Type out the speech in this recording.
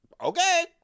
Okay